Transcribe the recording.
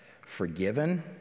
forgiven